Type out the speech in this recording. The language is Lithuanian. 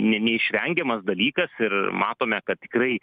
ne neišvengiamas dalykas ir matome kad tikrai